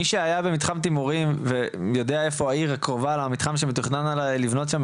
מי שהיה במתחם תימורים ויודע איפה העיר הקרובה למתחם שמתוכן לבנות שם,